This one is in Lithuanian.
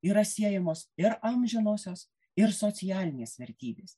yra siejamos ir amžinosios ir socialinės vertybės